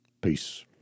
Peace